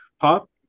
pop